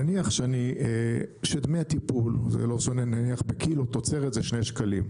נניח שדמי הטיפול ולא משנה נניח בקילו תוצרת זה שני שקלים,